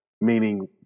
meaning